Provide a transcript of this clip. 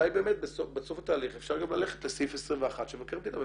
אולי באמת בסוף התהליך אפשר גם ללכת לסעיף 21 --- יחקור